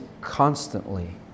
constantly